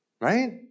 right